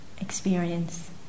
experience